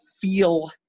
feel